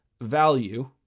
value